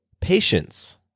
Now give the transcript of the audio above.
patience